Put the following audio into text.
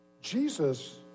Jesus